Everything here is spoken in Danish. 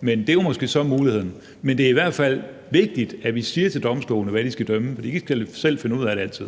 og det er jo måske så muligheden, men det er i hvert fald vigtigt, at vi siger til domstolene, hvad de skal dømme. For de kan ikke altid selv finde ud af det. Kl.